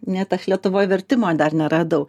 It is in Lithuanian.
net aš lietuvoj vertimo dar neradau